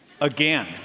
again